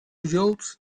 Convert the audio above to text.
youths